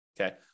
okay